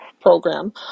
program